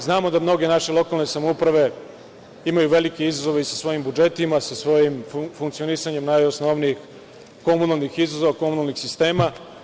Znamo da mnoge naše lokalne samouprave imaju velike izazove i sa svojim budžetima, i sa svojim funkcionisanjem najosnovnijih komunalnih izazova, komunalnih sistema.